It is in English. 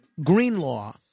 Greenlaw